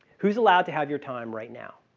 who's allowed to have your time right now?